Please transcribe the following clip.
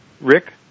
Rick